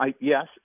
yes